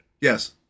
Yes